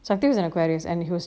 saktil is an aquarius and he was